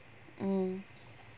mm